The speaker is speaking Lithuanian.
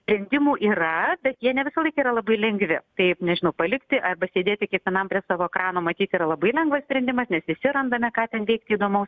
sprendimų yra bet jie ne visąlaik yra labai lengvi tai nežinau palikti arba sėdėti kiekvienam prie savo ekrano matyt yra labai lengvas sprendimas nes visi randame ką ten veikti įdomaus